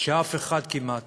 שאף אחד כמעט